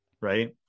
right